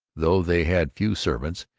though they had few servants,